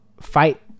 fight